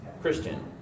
Christian